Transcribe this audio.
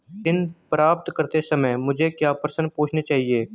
ऋण प्राप्त करते समय मुझे क्या प्रश्न पूछने चाहिए?